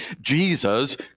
Jesus